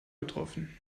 getroffen